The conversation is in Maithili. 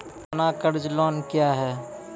सोना कर्ज लोन क्या हैं?